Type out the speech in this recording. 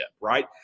right